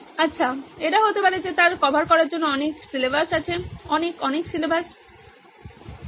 আচ্ছা তার কভার করার জন্য অনেক সিলেবাস আছে অনেক সিলেবাস আছে